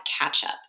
catch-up